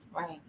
right